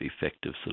effective